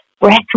breath